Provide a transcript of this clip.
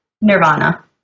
Nirvana